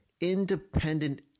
independent